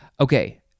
okay